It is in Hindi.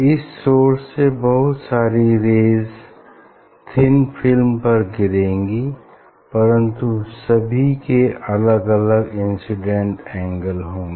इस सोर्स से बहुत सारी रेज़ थिन फिल्म पर गिरेंगी परन्तु सभी के अलग अलग इंसिडेंट एंगल होंगे